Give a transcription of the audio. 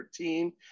13